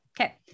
Okay